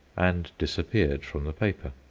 and disappeared from the paper.